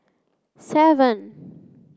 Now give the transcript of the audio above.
seven